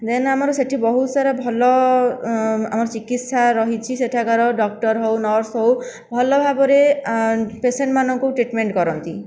ଦେନ ଆମର ସେଇଠି ବହୁତ ସାରା ଭଲ ଆମର ଚିକିତ୍ସା ରହିଛି ସେଠାକାର ଡକ୍ଟର ହେଉ ନର୍ସ ହେଉ ଭଲ ଭାବରେ ପେସେଣ୍ଟମାନଙ୍କୁ ଟ୍ରିଟମେନ୍ଟ କରନ୍ତି